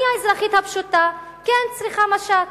אני האזרחית הפשוטה כן צריכה משט.